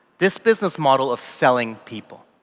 this business model of selling people.